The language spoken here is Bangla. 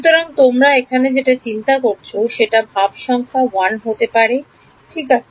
সুতরাং তোমরা এখানে যেটা চিন্তা করছো সেটা ধাপ সংখ্যা 1 হতে পারে ঠিক আছে